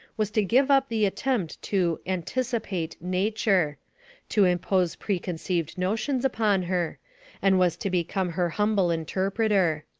was to give up the attempt to anticipate nature to impose preconceived notions upon her and was to become her humble interpreter.